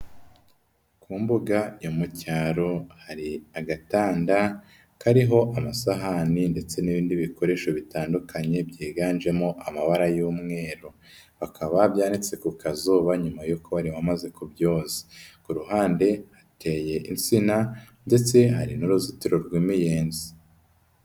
Ku mbuga yo mu cyaro, hari agatanda kariho amasahani ndetse n'ibindi bikoresho bitandukanye byiganjemo amabara y'umweru. Bakaba babyanitse ku kazuba nyuma y'uko bari bamaze kubyoza, ku ruhande hateye insina ndetse hari n'uruzitiro rw'imiyezi.